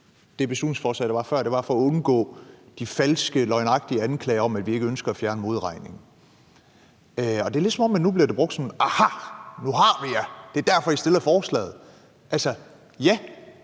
det beslutningsforslag, der var før, var at undgå de falske, løgnagtige anklager om, at vi ikke ønsker at fjerne modregningen. Det er, som om det nu bliver brugt på en måde, hvor man tænker: Aha, nu har vi jer, det er derfor, I fremsatte forslaget. Ja, der